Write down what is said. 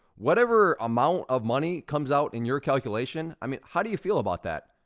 whatever amount of money comes out in your calculation. i mean, how do you feel about that?